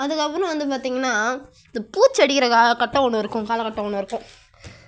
அதுக்கு அப்புறம் வந்து பார்த்தீங்கன்னா இந்த பூச்சடிக்கிற கட்டம் ஒன்று இருக்கும் காலக்கட்டம் இருக்கும்